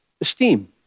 esteem